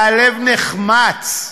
והלב נחמץ.